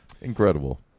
Incredible